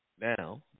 now